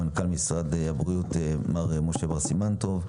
למנכ"ל משרד הבריאות מר משה בר סימן טוב,